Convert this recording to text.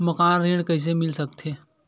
मकान ऋण कइसे मिल सकथे?